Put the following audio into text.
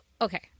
okay